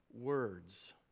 words